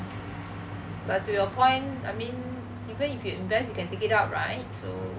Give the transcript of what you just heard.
but to your point I mean even if you invest you can take it out right so